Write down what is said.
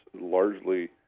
largely